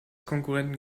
konkurrenten